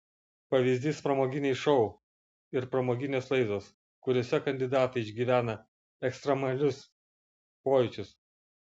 pavyzdys pramoginiai šou ir pramoginės laidos kuriose kandidatai išgyvena ekstremalius pojūčius